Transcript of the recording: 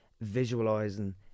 visualizing